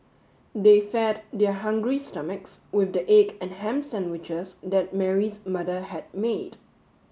they fed their hungry stomachs with the egg and ham sandwiches that Mary's mother had made